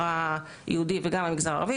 ובוודאי,